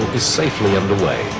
is safely underway.